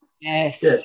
Yes